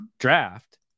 Draft